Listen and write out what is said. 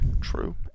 True